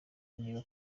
niba